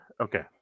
Okay